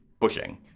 pushing